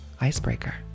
icebreaker